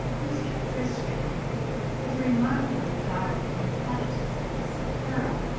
mr. tristram has remarked in regard to the inhabitants of the sahara,